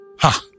Ha